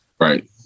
right